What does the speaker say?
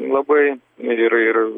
labai ir ir